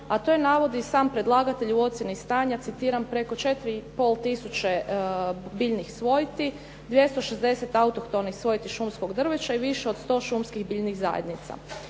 a to je navodi i sam predlagatelj u ocjeni stanja citiram preko 4,5 tisuće biljnih svojti, 260 autohtonih svojti šumskog drveća i više od 100 šumskih biljnih zajednica.